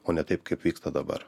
o ne taip kaip vyksta dabar